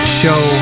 show